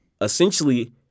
essentially